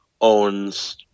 owns